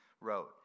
wrote